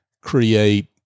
create